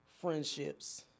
friendships